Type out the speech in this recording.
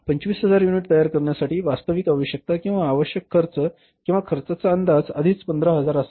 25000 unit तयार करण्यासाठी वास्तविक आवश्यकता किंवा आवश्यक खर्च किंवा खर्चाचा अंदाज आधीच 15000 असावा